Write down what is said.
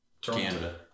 Canada